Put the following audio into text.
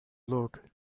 look